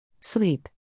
sleep